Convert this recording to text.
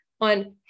on